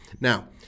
Now